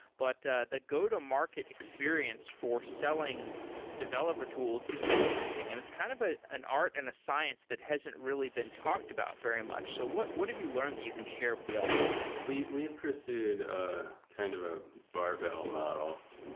but the go-to-market experience for selling developer tools is really interesting and it's kind of ah an art and a science that hasn't really been talked about very much. so what what have you learned that you can share with the audience? we pursued pursued ah kind of a barbell model.